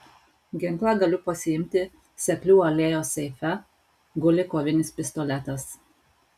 ginklą galiu pasiimti seklių alėjos seife guli kovinis pistoletas